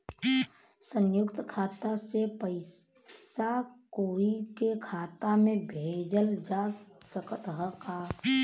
संयुक्त खाता से पयिसा कोई के खाता में भेजल जा सकत ह का?